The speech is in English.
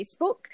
Facebook